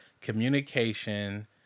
communication